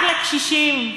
רק לקשישים.